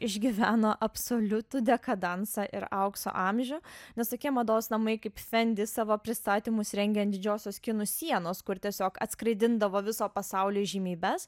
išgyveno absoliutų dekadansą ir aukso amžių nes tokie mados namai kaip fendi savo pristatymus rengė an didžiosios kinų sienos kur tiesiog atskraidindavo viso pasaulio įžymybes